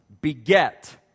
beget